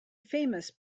famous